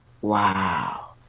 wow